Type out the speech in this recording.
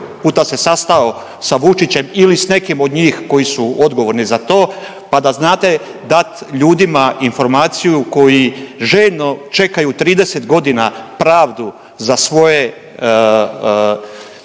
puta se sastao sa Vučićem ili sa nekim od njih koji su odgovorni za pa da znate dat ljudima informaciju koji željno čekaju 30 godina pravdu za svoje